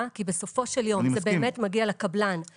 כי בסופו של יום זה באמת מגיע לקבלן.